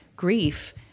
grief